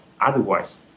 Otherwise